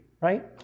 Right